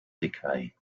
decay